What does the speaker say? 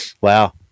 wow